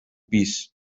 pis